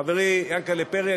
חברי יענקל'ה פרי,